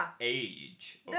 Age